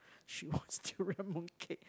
she wants durian mooncake